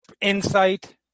insight